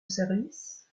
service